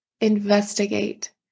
Investigate